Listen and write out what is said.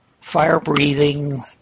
fire-breathing